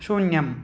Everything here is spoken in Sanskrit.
शून्यम्